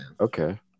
Okay